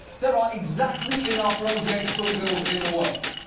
there are exactly enough roseate spoonbills in the world.